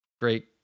great